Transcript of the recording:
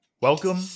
Welcome